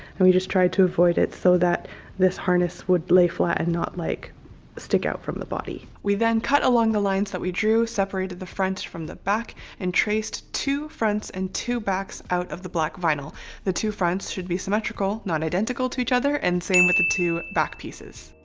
and we just tried to avoid it so that this harness would lay flat and not like stick out from the body. we then cut along the lines that we drew, separated the front from the back and traced two fronts and two backs out of the black vinyl the two fronts should be symmetrical, not identical to each other and same with the two back pieces.